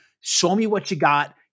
show-me-what-you-got